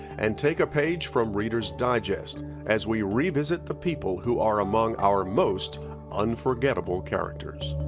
and take a page from reader's digest as we revisit the people who are among our most unforgettable characters.